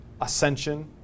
ascension